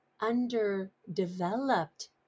underdeveloped